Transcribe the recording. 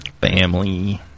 Family